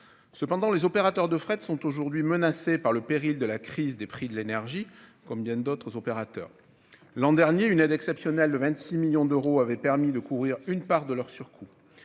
Cependant, les opérateurs de fret sont aujourd'hui menacés par le péril des prix de l'énergie, comme bien d'autres. L'an dernier, une aide exceptionnelle de 26 millions d'euros avait permis de couvrir une part de leurs surcoûts.